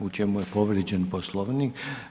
U čemu je povrijeđen Poslovnik?